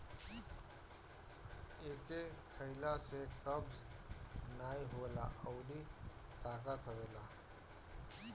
एके खइला से कब्ज नाइ होला अउरी ताकत आवेला